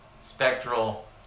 spectral